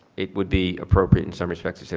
it would be appropriate in some respects to say.